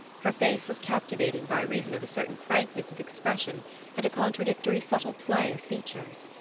her face was captivating by reason of a certain frankness of expression and a contradictory subtle play of features.